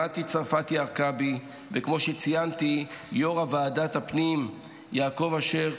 מטי צרפתי הרכבי וכמו שצייתי יו"ר ועדת הפנים יעקב אשר.